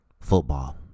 football